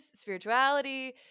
spirituality